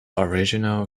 original